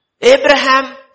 Abraham